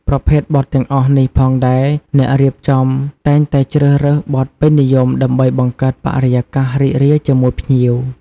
ប្រភេទបទទាំងអស់នេះផងដែរ អ្នករៀបចំតែងតែជ្រើសរើសបទពេញនិយម ដើម្បីបង្កើតបរិយាកាសរីករាយជាមួយភ្ញៀវ។